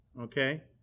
Okay